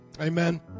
Amen